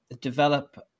develop